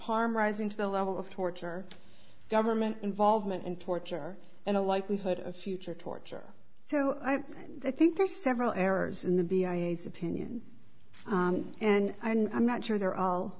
harm rising to the level of torture government involvement in torture and a likelihood of future torture so i think there are several errors in the b i l s opinion and i'm not sure they're all